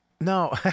No